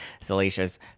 salacious